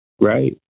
Right